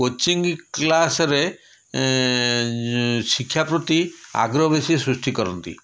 coaching କ୍ଲାସ୍ରେ ଶିକ୍ଷାପ୍ରତି ଆଗ୍ରହ ବେଶୀ ସୃଷ୍ଟି କରନ୍ତି